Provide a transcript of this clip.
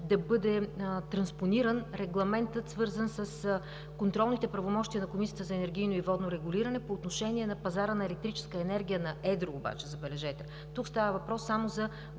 да бъде транспониран регламентът, свързан с контролните правомощия на Комисията за енергийно и водно регулиране по отношение на пазара на електрическа енергия на едро. Обаче забележете, тук става въпрос само за